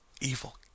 evil